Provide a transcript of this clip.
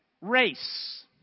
Race